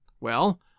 Well